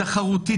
תחרותית,